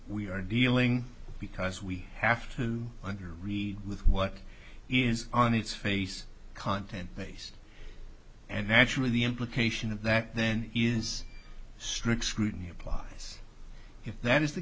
we are dealing because we have to and you read with what is on its face content place and naturally the implication of that then is strict scrutiny applies if that is the